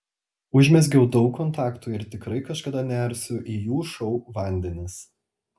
užmezgiau daug kontaktų ir tikrai kažkada nersiu į jų šou vandenis